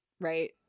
right